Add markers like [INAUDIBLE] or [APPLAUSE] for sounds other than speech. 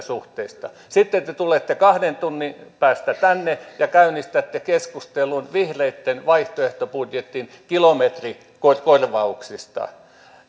[UNINTELLIGIBLE] suhteista sitten te te tulette kahden tunnin päästä tänne ja käynnistätte keskustelun vihreiden vaihtoehtobudjetin kilometrikorvauksista